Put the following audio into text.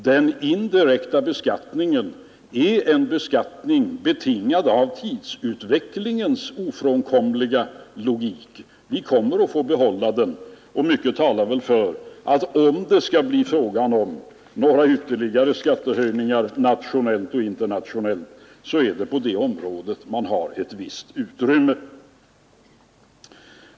Den indirekta beskattningen är en beskattning, betingad av tidsutvecklingens ofrånkomliga logik. Vi kommer att få behålla den, och mycket talar för att om det skall bli fråga om några ytterligare skattehöjningar — nationellt och internationellt — är det på det området man har ett visst utrymme.